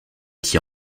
qui